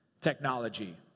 technology